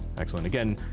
excellent. again,